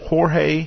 Jorge